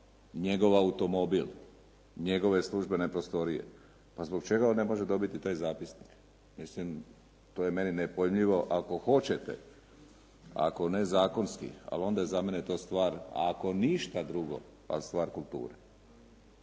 njegov automobil, njegove službene prostorije, pa zbog čega on ne može dobiti taj zapisnik. Mislim to je meni nepojmljivo ako hoćete, ako ne zakonski, ali onda je to za mene stvar ako ništa drugo, stvar kulture.